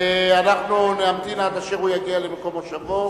אנחנו נמתין עד אשר הוא יגיע למקום מושבו.